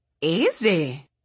Easy